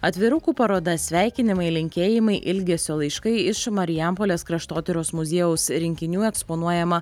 atvirukų paroda sveikinimai linkėjimai ilgesio laiškai iš marijampolės kraštotyros muziejaus rinkinių eksponuojama